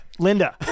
Linda